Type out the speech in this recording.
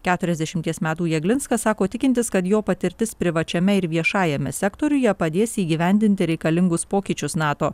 keturiasdešimties metų jeglinskas sako tikintis kad jo patirtis privačiame ir viešajame sektoriuje padės įgyvendinti reikalingus pokyčius nato